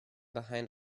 behind